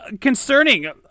concerning